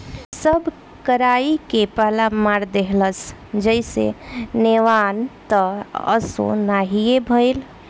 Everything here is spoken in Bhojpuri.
सब कराई के पाला मार देहलस जईसे नेवान त असो ना हीए भईल